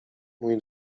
mój